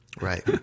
right